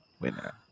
winner